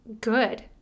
good